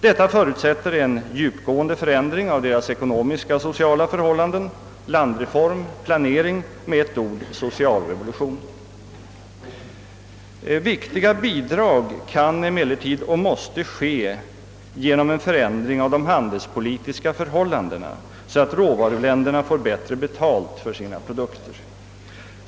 Detta förutsätter en djupgående förändring av deras ekonomiska och sociala förhållanden, landreform och planering — med ett ord social revolution. Viktiga bidrag kan och måste emellertid ske genom en förändring av de handelspolitiska förhållandena, så att råvaruländerna får bättre betalt för sina produkter.